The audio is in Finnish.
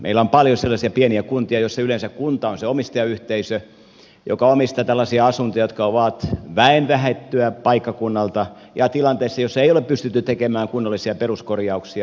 meillä on paljon sellaisia pieniä kuntia joissa yleensä kunta on se omistajayhteisö joka omistaa tällaisia asuntoja jotka ovat väen vähettyä paikkakunnalta tilanteessa jossa ei ole pystytty tekemään kunnollisia peruskorjauksia